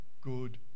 good